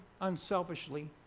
unselfishly